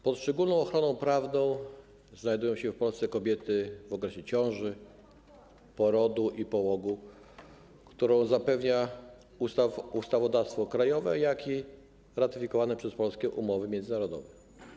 Pod szczególną ochroną prawną znajdują się w Polsce kobiety w okresie ciąży, porodu i połogu, którą zapewnia ustawodawstwo krajowe, jak i ratyfikowane przez Polskę umowy międzynarodowe.